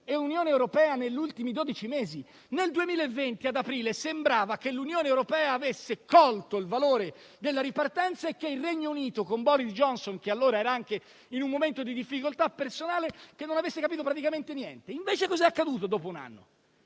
in Unione europea negli ultimi dodici mesi. Nel 2020 ad aprile sembrava che l'Unione europea avesse colto il valore della ripartenza e che il Regno Unito con Boris Johnson, che allora era anche in un momento di difficoltà personale, non avesse capito praticamente niente. Invece cosa è accaduto dopo un anno?